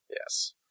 Yes